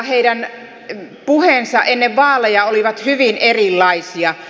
heidän puheensa ennen vaaleja olivat hyvin erilaisia